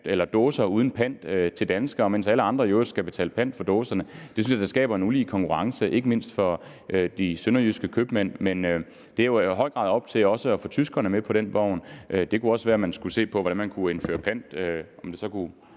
sælger dåser uden pant til danskere, mens alle andre i øvrigt skal betale pant for dåserne. Det synes jeg da skaber en ulige konkurrence, ikke mindst for de sønderjyske købmænd. Men det er i høj grad et spørgsmål om, om man kan få tyskerne med på den vogn. Det kunne også være, at man skulle se på, hvordan man kan indføre en